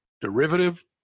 Derivative